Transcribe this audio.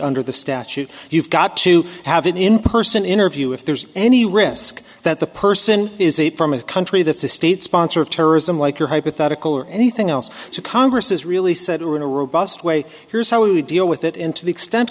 under the statute you've got to have it in person interview if there's any risk that the person is it from a country that's a state sponsor of terrorism like your hypothetical or anything else to congress has really said we're in a robust way here's how we deal with it in to the extent